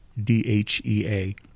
DHEA